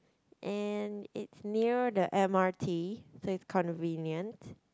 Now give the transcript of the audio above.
and it's near the m_r_t so it's convenient